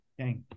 okay